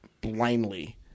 blindly